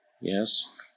yes